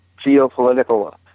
geopolitical